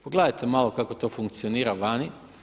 Pogledajte malo kako to funkcionira vani.